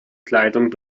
kleidung